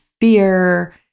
fear